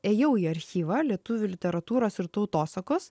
ėjau į archyvą lietuvių literatūros ir tautosakos